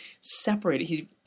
separated